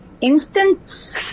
instant